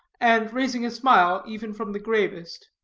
and raising a smile even from the gravest.